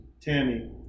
tammy